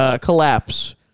collapse